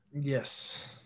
yes